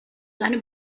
seine